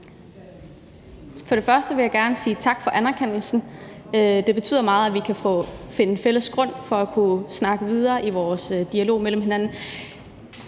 og fremmest vil jeg gerne sige tak for anerkendelsen. Det betyder meget, at vi kan finde fælles grund for at kunne snakke videre i vores dialog mellem hinanden.